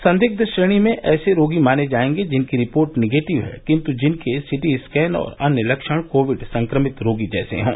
संदिग्ध श्रेणी में ऐसे रोगी माने जाएंगे जिनकी रिपोर्ट नेगेटिव है किंतु जिनके सीटी स्कैन और अन्य लक्षण कोविड संक्रमित रोगी जैसे हों